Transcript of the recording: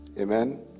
Amen